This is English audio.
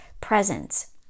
presence